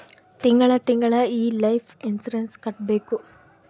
ತಿಂಗಳ ತಿಂಗಳಾ ಈ ಲೈಫ್ ಇನ್ಸೂರೆನ್ಸ್ ಕಟ್ಬೇಕು